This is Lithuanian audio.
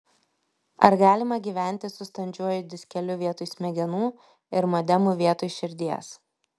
ar galima gyventi su standžiuoju diskeliu vietoj smegenų ir modemu vietoj širdies